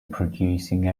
producing